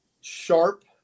sharp